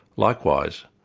likewise,